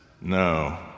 no